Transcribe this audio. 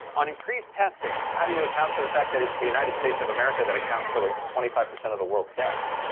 on increased testing. how do you account for the fact that it's the united states of america that accounts for twenty five percent of the world's deaths?